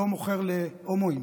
לא מוכר להומואים,